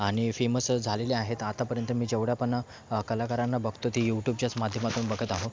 आणि फेमस झालेले आहेत आतापर्यंत मी जेवढ्या पण कलाकारांना बघतो ते यूट्यूबच्याच माध्यमातून बघत आहोत